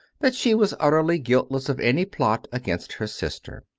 that she was utterly guiltless of any plot against her sister.